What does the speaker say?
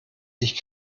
ich